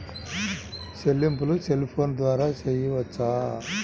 చెల్లింపులు cell phone ద్వారా చేయవచ్చా?